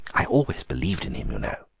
i always believed in him, you know.